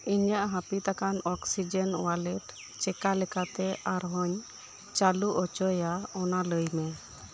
ᱤᱧᱟᱜ ᱦᱟᱹᱯᱤᱫ ᱟᱠᱟᱱ ᱟᱠᱥᱤᱡᱮᱱ ᱳᱭᱟᱞᱮᱴ ᱪᱮᱠᱟ ᱞᱮᱠᱟᱛᱮ ᱟᱨᱦᱚᱸᱧ ᱪᱟ ᱞᱩ ᱚᱪᱚᱭᱟ ᱚᱱᱟ ᱞᱟᱹᱭ ᱢᱮ